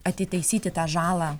atitaisyti tą žalą